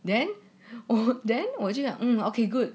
then then 我就讲 okay good